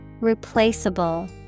Replaceable